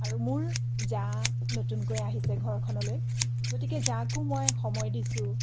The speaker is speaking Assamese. আৰু মোৰ জা নতুনকৈ আহিছে ঘৰখনলৈ গতিকে জাকো মই সময় দিছোঁ